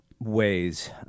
Ways